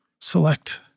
select